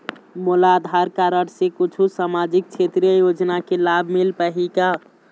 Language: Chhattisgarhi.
मोला आधार कारड से कुछू सामाजिक क्षेत्रीय योजना के लाभ मिल पाही का?